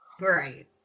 Right